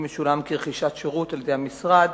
ישולם כרכישת שירות על-ידי המשרד,